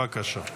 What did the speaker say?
בבקשה.